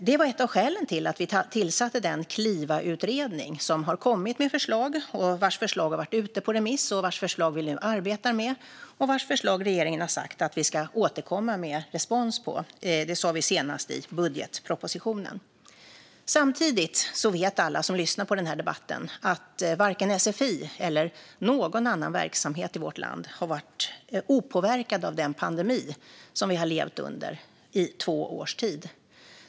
Det var ett av skälen till att vi tillsatte Klivautredningen, som har kommit med förslag. Dess förslag har varit ute på remiss, och vi arbetar nu med dess förslag. Regeringen har sagt att vi ska återkomma med respons på dess förslag. Det sade vi senast i budgetpropositionen. Samtidigt vet alla som lyssnar på den här debatten att varken sfi eller någon annan verksamhet i vårt land har varit opåverkad av den pandemi som vi har levt under i två års tid.